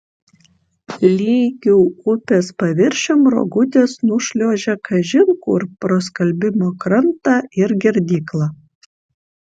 lygiu upės paviršium rogutės nušliuožia kažin kur pro skalbimo krantą ir girdyklą